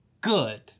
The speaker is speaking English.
Good